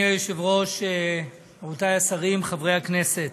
היושב-ראש, רבותי השרים, חברי הכנסת,